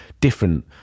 different